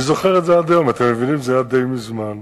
אני זוכר את זה עד היום, זה היה די מזמן.